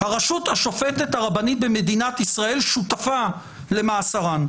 הרשות השופטת הרבנית במדינת ישראל שותפה במאסרן,